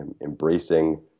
embracing